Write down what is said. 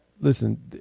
Listen